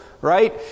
right